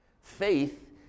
Faith